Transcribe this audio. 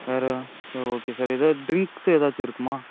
வேறு sir okay sir எதாவது drinks எதாச்சும் இருக்குமா